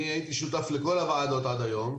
אני הייתי שותף לכל דיוני הוועדות עד היום.